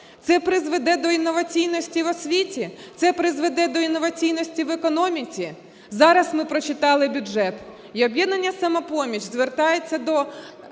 Це призведе до інноваційності в освіті? Це призведе до інноваційності в економіці? Зараз ми прочитали бюджет. І "Об'єднання "Самопоміч" звертається до